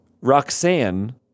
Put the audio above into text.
Roxanne